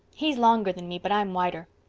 he's longer than me but i'm wider.